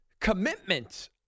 commitment